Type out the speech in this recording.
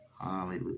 Hallelujah